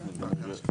בבקשה.